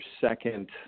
second